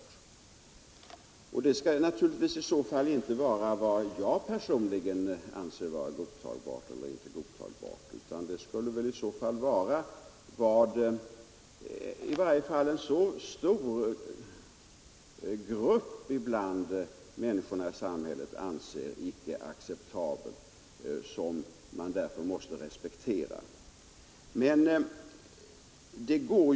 Det skall i så fall naturligtvis inte vara vad jag personligen anser vara godtagbart eller inte, utan det skall vara vad en så stor grupp människor i samhället anser icke acceptabelt att man därför måste respektera deras uppfattning.